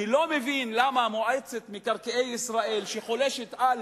אני לא מבין למה במועצת מקרקעי ישראל שחולשת על